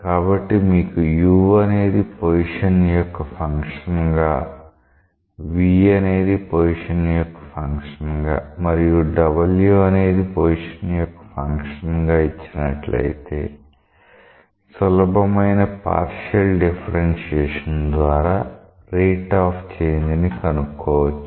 కాబట్టి మీకు u అనేది పొజిషన్ యొక్క ఫంక్షన్ గా v అనేది పొజిషన్ యొక్క ఫంక్షన్ గా మరియు w అనేది పొజిషన్ యొక్క ఫంక్షన్ గా ఇచ్చినట్లయితే సులభమైన పార్షియల్ డిఫరెన్షియేషన్ ద్వారా రేట్ ఆఫ్ చేంజ్ ని కనుక్కోవచ్చు